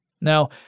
Now